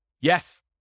Yes